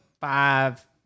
five